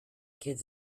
kids